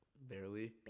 barely